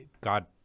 God